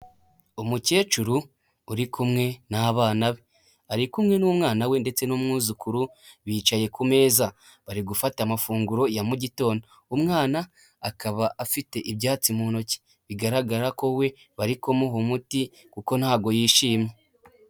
Umukecuru uri kumwe n'abana be ari kumwe n'umwana we ndetse n'umwuzukuru bicaye ku meza, bari gufata amafunguro ya mu gitondo . Umwana akaba afite ibyatsi mu ntoki bigaragara ko we bari kumuha umuti kuko ntabwo yishimye.